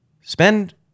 Spend